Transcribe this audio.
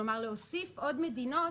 כלומר, להוסיף עוד מדינות